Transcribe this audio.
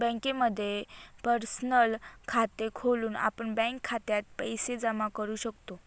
बँकेमध्ये पर्सनल खात खोलून आपण बँक खात्यात पैसे जमा करू शकतो